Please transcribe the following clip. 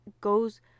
goes